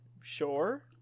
Sure